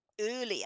earlier